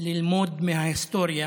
ללמוד מההיסטוריה